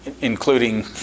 including